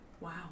Wow